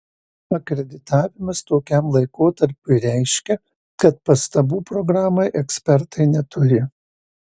akreditavimas tokiam laikotarpiui reiškia kad pastabų programai ekspertai neturi